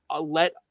Let